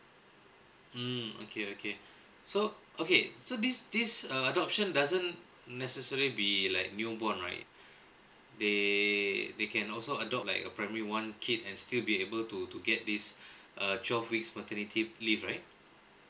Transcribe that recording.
mm okay okay so okay so this this uh adoption doesn't necessary be like new born right they they can also adopt like a primary one kid and still be able to to get this uh twelve weeks maternity leave right